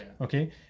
Okay